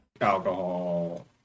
alcohol